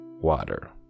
water